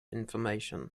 information